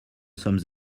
sommes